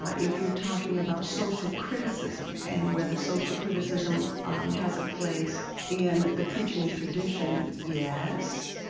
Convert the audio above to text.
ah if you're talking about social criticism and whether social criticism um has a place in the preaching tradition, yes.